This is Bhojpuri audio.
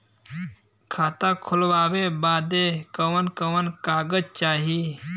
खाता खोलवावे बादे कवन कवन कागज चाही?